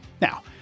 Now